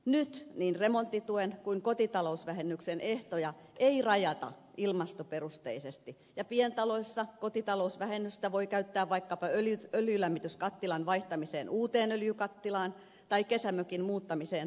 nyt niin remonttituen kuin kotitalousvähennyksen ehtoja ei rajata ilmastoperusteisesti ja pientaloissa kotitalousvähennystä voi käyttää vaikkapa öljylämmityskattilan vaihtamiseen uuteen öljykattilaan tai kesämökin muuttamiseen talviasuttavaksi